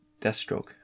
Deathstroke